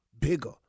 bigger